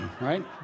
right